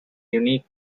unique